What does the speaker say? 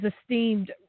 esteemed